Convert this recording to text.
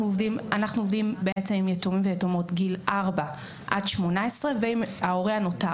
אנחנו עובדים בעצם עם יתומים ויתומות מגיל 4 עד 18 ועם ההורה הנותר.